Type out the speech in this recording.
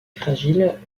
fragile